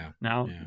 Now